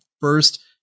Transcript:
First